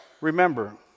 Remember